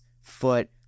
foot